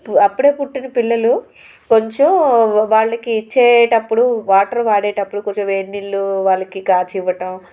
అప్పుడే పుట్టిన పిల్లలు కొంచెం వాళ్ళకి ఇచ్చేటప్పుడు వాటర్ వాడేటప్పుడు కొంచెం వేడి నీళ్లు కాచి వాళ్ళకి ఇవ్వటం